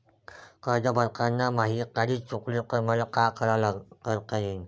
कर्ज भरताना माही तारीख चुकली तर मले का करता येईन?